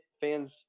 fans